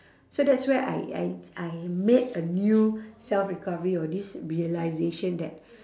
so that's where I I I made a new self recovery or this realisation that